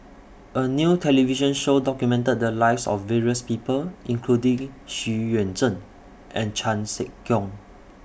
A New television Show documented The Lives of various People including Xu Yuan Zhen and Chan Sek Keong